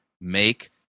make